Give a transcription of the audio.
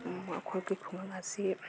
ꯑꯩꯈꯣꯏꯒꯤ ꯈꯨꯡꯒꯪ ꯑꯁꯤ